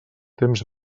temps